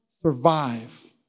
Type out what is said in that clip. survive